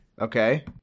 Okay